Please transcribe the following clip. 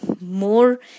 more